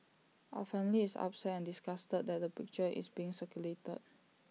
our family is upset and disgusted that the picture is being circulated